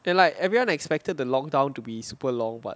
and like everyone expected the lock down to be super long but